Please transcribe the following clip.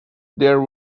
there